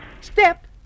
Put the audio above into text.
Step